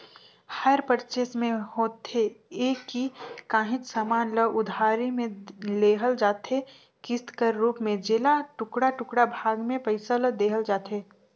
hire purchase में होथे ए कि काहींच समान ल उधारी में लेहल जाथे किस्त कर रूप में जेला टुड़का टुड़का भाग में पइसा ल देहल जाथे